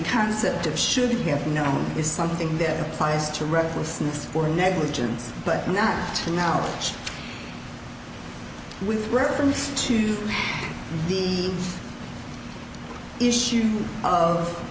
concept of should have known is something that applies to recklessness or negligence but not to now with reference to the issue of